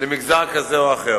למגזר כזה או אחר.